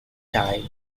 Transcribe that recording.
time